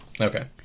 Okay